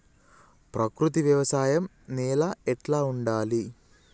ప్రకృతి వ్యవసాయం నేల ఎట్లా ఉండాలి?